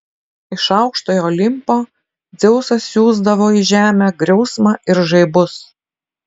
iš aukštojo olimpo dzeusas siųsdavo į žemę griausmą ir žaibus